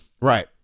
Right